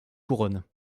couronne